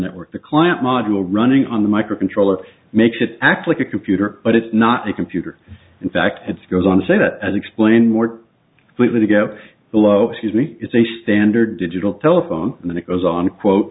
network the client model running on the microcontroller makes it act like a computer but it's not a computer in fact it's goes on to say that as explained more likely to go below excuse me is a standard digital telephone and it goes on to quote